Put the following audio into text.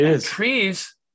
Trees